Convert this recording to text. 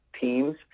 teams